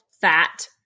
fat